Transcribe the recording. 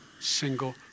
single